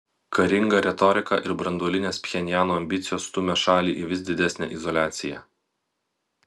karinga retorika ir branduolinės pchenjano ambicijos stumia šalį į vis didesnę izoliaciją